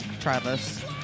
Travis